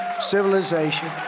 civilization